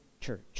church